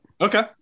Okay